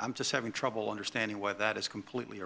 i'm just having trouble understanding why that is completely